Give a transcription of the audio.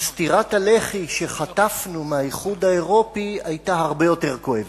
סטירת הלחי שחטפנו מהאיחוד האירופי היתה הרבה יותר כואבת.